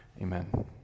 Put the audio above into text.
Amen